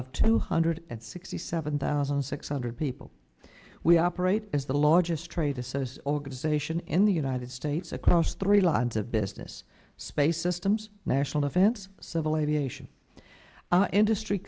of two hundred and sixty seven thousand six hundred people we operate is the largest trade to says organization in the united states across three lines of business space systems national defense civil aviation